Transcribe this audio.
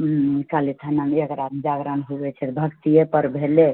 काली स्थानमे एक राति जागरण हुऐ छै भक्तिए पर भेलै